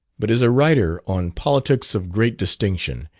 but is a writer on politics of great distinction,